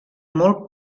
molt